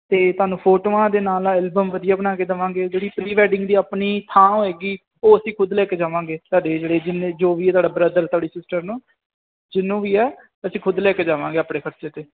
ਅਤੇ ਤੁਹਾਨੂੰ ਫੋਟੋਆਂ ਦੇ ਨਾਲ ਨਾਲ ਐਲਬਮ ਵਧੀਆ ਬਣਾ ਕੇ ਦਵਾਂਗੇ ਜਿਹੜੀ ਪ੍ਰੀ ਵੈਡਿੰਗ ਦੀ ਆਪਣੀ ਥਾਂ ਹੋਏਗੀ ਉਹ ਅਸੀਂ ਖੁਦ ਲੈ ਕੇ ਜਾਵਾਂਗੇ ਸਾਡੇ ਜਿਹੜੇ ਜਿੰਨੇ ਜੋ ਵੀ ਤੁਹਾਡਾ ਬ੍ਰਦਰ ਤੁਹਾਡੀ ਸਿਸਟਰ ਨੂੰ ਜਿਹਨੂੰ ਵੀ ਹੈ ਅਸੀਂ ਖ਼ੁਦ ਲੈ ਕੇ ਜਾਵਾਂਗੇ ਆਪਣੇ ਖ਼ਰਚੇ 'ਤੇ